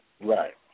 Right